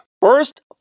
First